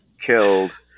killed